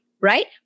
Right